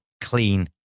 clean